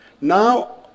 Now